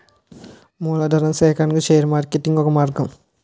మూలధనా సేకరణకు share marketing ఒక మార్గం